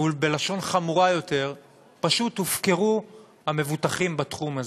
ובלשון חמורה יותר פשוט הופקרו המבוטחים בתחום הזה.